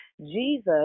Jesus